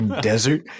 desert